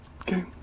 Okay